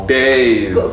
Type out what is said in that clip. days